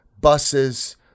buses